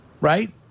right